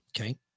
Okay